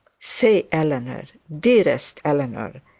say, eleanor, dearest eleanor,